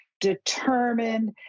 determined